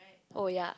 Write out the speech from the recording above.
oh ya